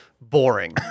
boring